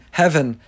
heaven